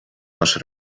masz